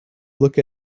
look